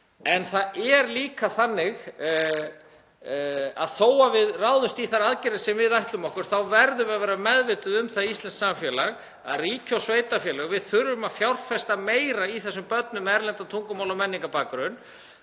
En það er líka þannig að þó að við ráðumst í þær aðgerðir sem við ætlum okkur verðum við að vera meðvituð um það, íslenskt samfélag, ríki og sveitarfélög, að við þurfum að fjárfesta meira í þessum börnum með erlendan tungumála- og menningarbakgrunn